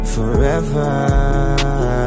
forever